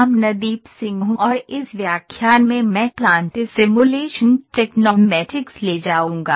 अमनदीप सिंह हूं और इस व्याख्यान में मैं प्लांट सिमुलेशन टेक्नोमैटिक्स ले जाऊंगा